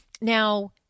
Now